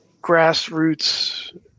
grassroots